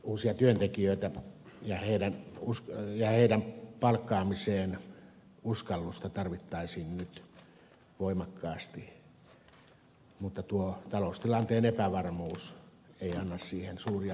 uusia työntekijöitä ja heidän palkkaamiseensa uskallusta tarvittaisiin nyt voimakkaasti mutta tuo taloustilanteen epävarmuus ei anna siihen suuria mahdollisuuksia